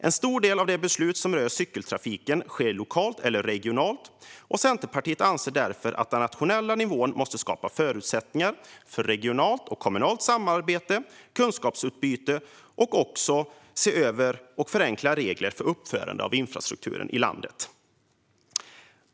En stor del av beslut som rör cykeltrafik sker lokalt eller regionalt, och Centerpartiet anser därför att den nationella nivån måste skapa förutsättningar för regionalt och kommunalt samarbete, för kunskapsutbyte och enklare regler för uppförande av infrastrukturen i landet.